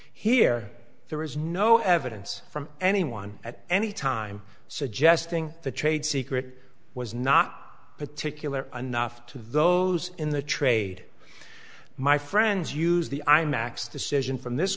here there is no evidence from anyone at any time suggesting the trade secret was not particular enough to those in the trade my friends use the imax decision from this